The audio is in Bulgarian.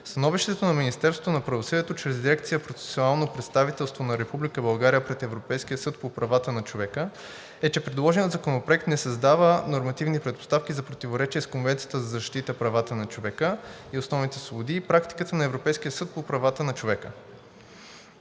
Становището на Министерството на правосъдието чрез дирекция „Процесуално представителство на Република България пред Европейския съд по правата на човека“ е, че предложеният законопроект не създава нормативни предпоставки за противоречие с Конвенцията за защита правата на човека и основните свободи и практиката на Европейския съд по правата на човека.